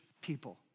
people